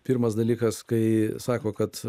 pirmas dalykas kai sako kad